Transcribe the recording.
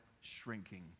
shrinking